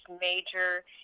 major